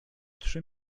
trzy